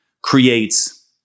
creates